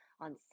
On